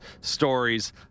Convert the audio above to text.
stories